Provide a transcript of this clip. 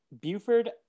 Buford